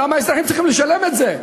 למה האזרחים צריכים לשלם את זה?